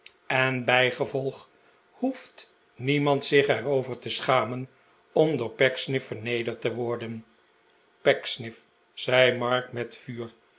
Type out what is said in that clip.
en bijgevolg hoeft niemand zich er over te schamen om door pecksniff vernederd te worden pecksniff zei mark met vuur